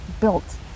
built